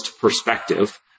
perspective